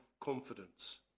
confidence